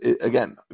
again